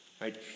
right